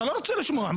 אתה לא רוצה לשמוע?